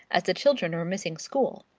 as the children were missing school.